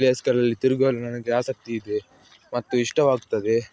ಪ್ಲೇಸ್ಗಳಲ್ಲಿ ತಿರುಗಲು ನನಗೆ ಆಸಕ್ತಿ ಇದೆ ಮತ್ತು ಇಷ್ಟವಾಗ್ತದೆ